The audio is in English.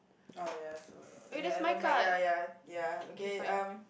oh yes so ya never mind ya ya ya okay um